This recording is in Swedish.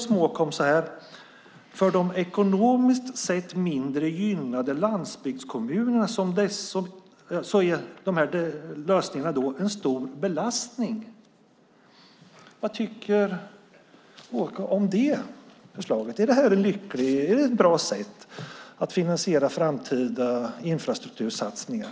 Småkom säger: För de ekonomiskt mindre gynnade landsbygdskommunerna är de här lösningarna en stor belastning. Vad tycker Åke om det förslaget? Är det ett bra sätt att finansiera framtida infrastruktursatsningar?